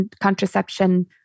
contraception